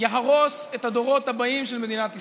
הוא יהרוס את הדורות הבאים של מדינת ישראל.